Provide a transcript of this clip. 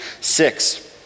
six